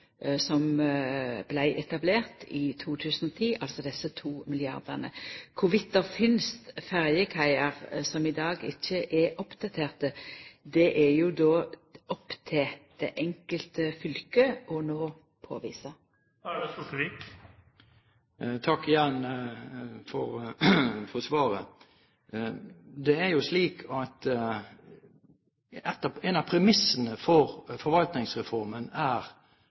som vart etablerte i 2010, altså desse 2 milliardane. Om det finst ferjekaiar som i dag ikkje er oppdaterte, er det jo då opp til det enkelte fylke no å påvisa. Takk igjen for svaret. Det er jo slik at en av premissene for forvaltningsreformen er